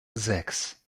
sechs